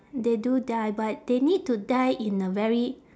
they do die but they need to die in a very